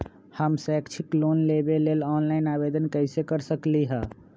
हम शैक्षिक लोन लेबे लेल ऑनलाइन आवेदन कैसे कर सकली ह?